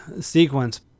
sequence